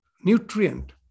nutrient